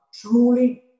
truly